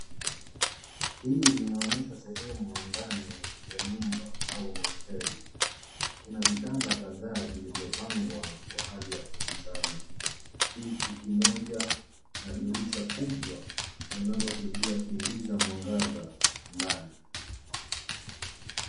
Hii inaonyesha sehemu ya ndani ya nyumba au hosteli. Kuna vitanda kadhaa vilivyo pangwa kwa hali ya kupishana, kiti kimoja na dirisha kubwa linalo saidia kuingiza mwangaza ndani.